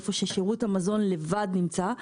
איפה ששירות המזון לבד נמצא,